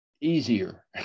easier